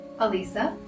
Alisa